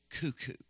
cuckoo